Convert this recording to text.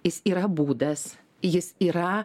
jis yra būdas jis yra